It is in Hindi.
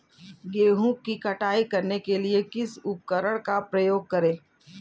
गेहूँ की कटाई करने के लिए किस उपकरण का उपयोग करें?